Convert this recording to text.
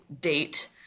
date